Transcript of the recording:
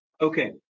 Okay